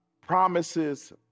promises